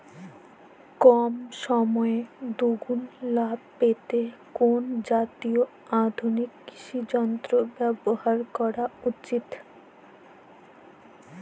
কম সময়ে দুগুন লাভ পেতে কোন জাতীয় আধুনিক কৃষি যন্ত্র ব্যবহার করা উচিৎ?